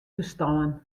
ferstân